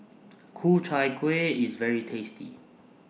Ku Chai Kueh IS very tasty